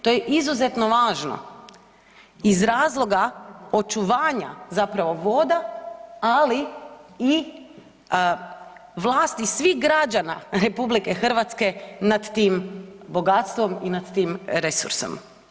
To je izuzetno važno iz razloga očuvanja, zapravo voda, ali i vlasti svih građana RH nad tim bogatstvom i nad tim resursom.